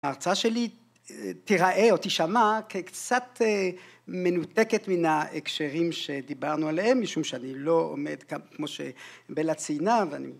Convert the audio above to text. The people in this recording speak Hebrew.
ההרצאה שלי תיראה או תשמע כקצת מנותקת מן ההקשרים שדיברנו עליהם משום שאני לא עומד כמו שבלה ציינה ואני